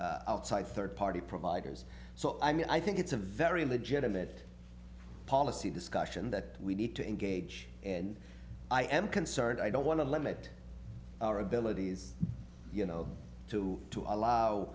outside third party providers so i mean i think it's a very legitimate policy discussion that we need to engage and i am concerned i don't want to limit our abilities you know to to allow